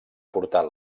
portat